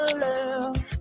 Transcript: love